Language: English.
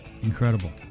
Incredible